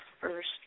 first